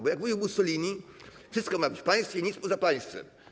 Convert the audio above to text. Bo jak mówił Mussolini: wszystko ma być w państwie, nic poza państwem.